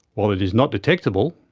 while it is not detectable,